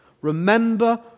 remember